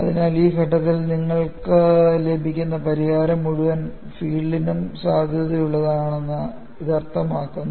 അതിനാൽ ഈ ഘട്ടത്തിൽ നിങ്ങൾക്ക് ലഭിക്കുന്ന പരിഹാരം മുഴുവൻ ഫീൽഡിനും സാധുതയുള്ളതാണെന്ന് ഇത് അർത്ഥമാക്കുന്നു